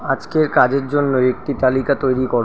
আজকে কাজের জন্য একটি তালিকা তৈরি কর